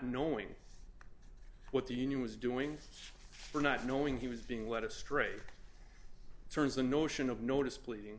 knowing what the union was doing or not knowing he was being led astray turns the notion of notice pleading